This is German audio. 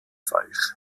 falsch